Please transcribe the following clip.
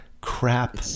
crap